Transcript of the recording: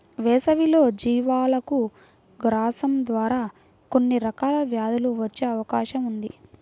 వేసవిలో జీవాలకు గ్రాసం ద్వారా కొన్ని రకాల వ్యాధులు వచ్చే అవకాశం ఉంది